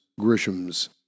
Grisham's